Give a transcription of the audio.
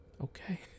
okay